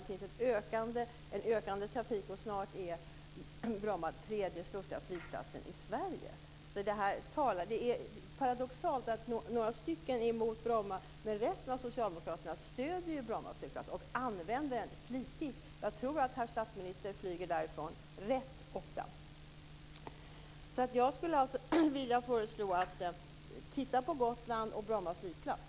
Det finns en ökande trafik, och snart är Bromma den tredje största flygplatsen i Sverige. Det är paradoxalt att några stycken är emot Bromma, men resten av socialdemokraterna stöder Bromma flygplats och använder den flitigt. Jag tror att herr statsministern flyger därifrån rätt ofta. Jag skulle vilja föreslå: Titta på sambandet Gotland och Bromma flygplats.